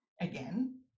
again